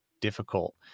difficult